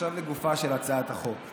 עכשיו לגופה של הצעת החוק,